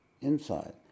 inside